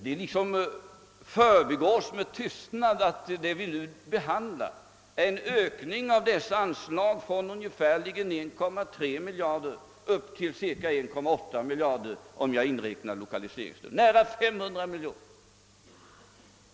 Men det förbigås med tystnad att det förslag vi nu behandlar innebär en ökning av anslagen från cirka 1,3 miljard till cirka 1,8 miljard, om jag inräknar lokaliseringsstödet; det blir alltså en ökning med nära 500 miljoner!